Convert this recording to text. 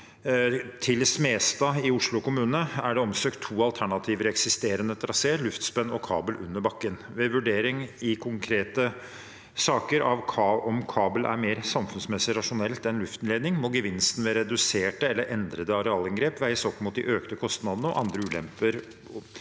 til Smestad i Oslo kommune er det omsøkt to alternativer i eksisterende traseer, luftspenn og kabel under bakken. Ved vurdering i konkrete saker av om kabel er mer samfunnsmessig rasjonelt enn luftledning, må gevinsten ved reduserte eller endrede arealinngrep veies opp mot de økte kostnadene og andre ulemper bruk